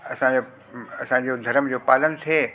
असांखे असांजो धर्म जो पालन थिए